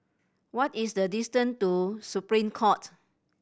what is the distance to Supreme Court